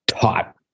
taught